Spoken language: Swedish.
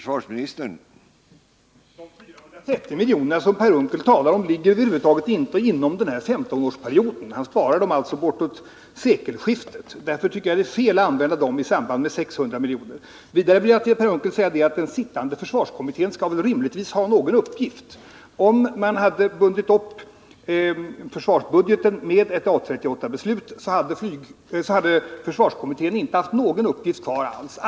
Herr talman! De 430 miljonerna som Per Unckel talar om ligger över huvud taget inte inom den här femtonårsperioden. Han sparar dem bortåt sekelskiftet. Därför tycker jag det är fel att använda dem i samband med de 600 miljonerna. Vidare vill jag till Per Unckel säga att den sittande försvarskommittén väl rimligtvis skall ha någon uppgift. Om man hade bundit upp försvarsbudgeten med SK 38/A 38, hade försvarskommittén inte haft någon uppgift alls kvar.